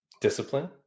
discipline